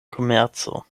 komerco